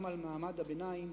גם על מעמד הביניים.